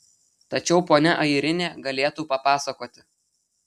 tačiau ponia airinė galėtų papasakoti